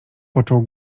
począł